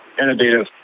innovative